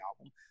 album